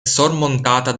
sormontata